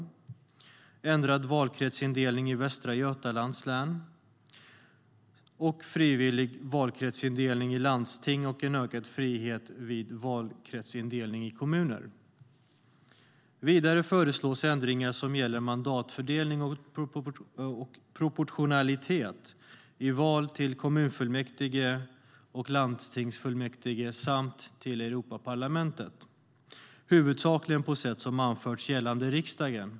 Det gäller också ändrad valkretsindelning i Västra Götalands län, frivillig valkretsindelning i landsting och en ökad frihet vid valkretsindelning i kommuner. Vidare föreslås ändringar som gäller mandatfördelning och proportionalitet i val till kommunfullmäktige och landstingsfullmäktige samt till Europaparlamentet, huvudsakligen på sätt som har anförts gällande riksdagen.